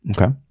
okay